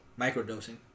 Microdosing